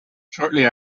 shortly